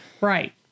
Right